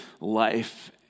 life